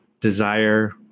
desire